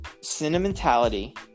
sentimentality